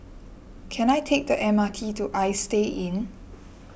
can I take the M R T to Istay Inn